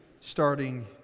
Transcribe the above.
starting